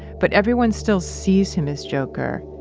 but everyone still sees him as joker,